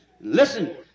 listen